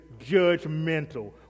judgmental